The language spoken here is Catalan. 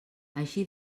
així